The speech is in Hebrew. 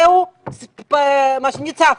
זהו ניצחנו,